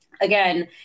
again